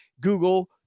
Google